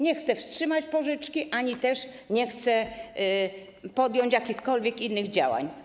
Nie chce wstrzymać pożyczki ani też nie chce podjąć jakichkolwiek innych działań.